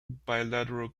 bilateral